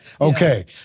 Okay